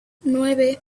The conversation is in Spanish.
nueve